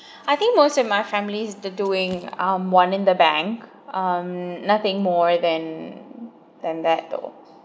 I think most of my family's they’re doing um one in the bank um nothing more than than that though